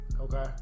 Okay